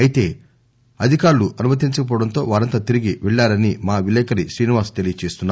అయితే అధికారులు అనుమతించకపోవడంతో వారంతా తిరిగి వెళ్చారని మా విలేకరి శ్రీనివాస్ తెలియజేస్తున్నారు